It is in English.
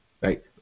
Right